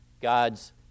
God's